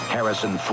Harrison